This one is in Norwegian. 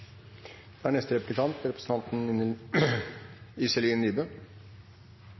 Da har representanten Iselin Nybø